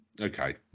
Okay